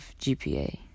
GPA